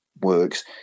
works